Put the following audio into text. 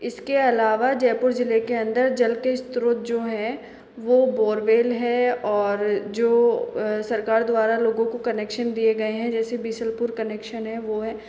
इसके अलावा जयपुर ज़िले के अंदर जल के स्रोत जो हैं वह बोरबेल है और जो सरकार द्वारा लोगों को कनेक्शन दिए गए हैं जैसे बिसलपुर कनेक्शन हैं वह है